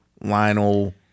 Lionel